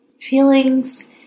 feelings